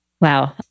wow